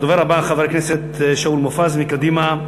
הדובר הבא, חבר הכנסת שאול מופז מקדימה.